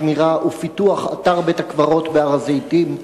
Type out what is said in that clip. בשמירה ובפיתוח של אתר בית-הקברות בהר-הזיתים,